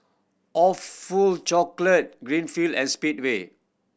Awfully Chocolate Greenfield and Speedway